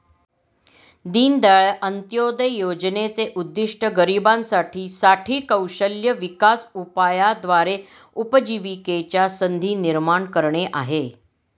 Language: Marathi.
दीनदयाळ अंत्योदय योजनेचे उद्दिष्ट गरिबांसाठी साठी कौशल्य विकास उपायाद्वारे उपजीविकेच्या संधी निर्माण करणे आहे